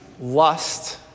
lust